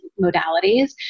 modalities